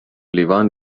لیوان